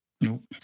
Nope